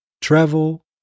travel